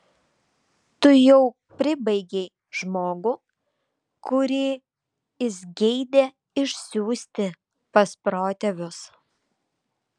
tu jau pribaigei žmogų kurį jis geidė išsiųsti pas protėvius